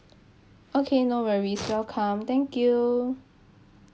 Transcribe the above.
okay no worries welcome thank you